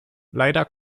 leider